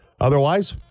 Otherwise